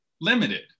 limited